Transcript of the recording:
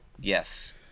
Yes